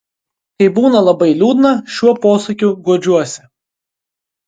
kai būna labai liūdna šiuo posakiu guodžiuosi